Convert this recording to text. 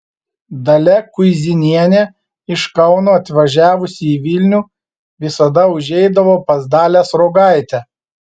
dalia kuizinienė iš kauno atvažiavusi į vilnių visada užeidavo pas dalią sruogaitę